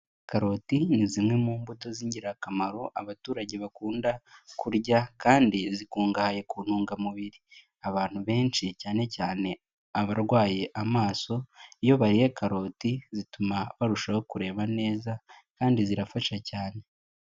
Karoti ni zimwe mu mbuto z'ingirakamaro abaturage bakunda kurya, kandi zikungahaye ku ntungamubiri. Abantu benshi, cyane cyane abarwaye amaso, iyo bariye karoti, zituma barushaho kureba neza, kandi zirafasha cyane.